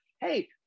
Hey